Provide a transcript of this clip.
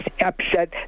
upset